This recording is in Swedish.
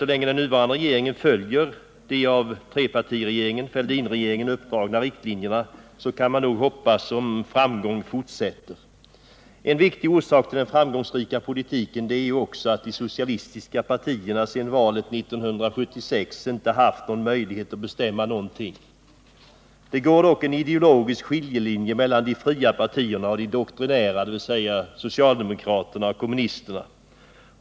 Så länge den nuvarande regeringen följer de av trepartiregeringen, regeringen Fälldin, uppdragna riktlinjerna, kan man hoppas att framgången fortsätter. En viktig orsak till den framgångsrika politiken är att de socialistiska partierna sedan valet 1976 inte har haft någon möjlighet att bestämma någonting. Det går dock en ideologisk skiljelinje mellan de fria partierna och de doktrinära, dvs. socialdemokraterna och kommunisterna.